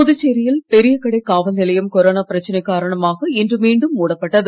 புதுச்சேரியில் பெரிய கடை காவல் நிலையம் கொரோனா பிரச்சனை காரணமாக இன்று மீண்டும் மூடப்பட்டது